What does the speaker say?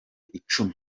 icumi